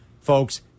folks